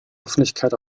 öffentlichkeit